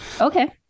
okay